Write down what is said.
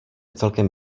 celkem